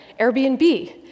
Airbnb